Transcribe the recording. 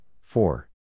four